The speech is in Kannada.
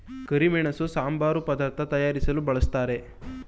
ಕರಿಮೆಣಸು ಸಾಂಬಾರು ಪದಾರ್ಥ ತಯಾರಿಸಲು ಬಳ್ಸತ್ತರೆ